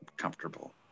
comfortable